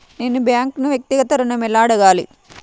నేను బ్యాంక్ను వ్యక్తిగత ఋణం ఎలా అడగాలి?